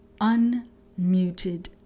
Unmuted